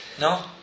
No